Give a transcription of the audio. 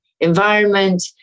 environment